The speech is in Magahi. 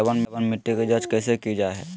लवन मिट्टी की जच कैसे की जय है?